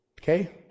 Okay